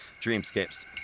Dreamscapes